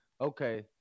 Okay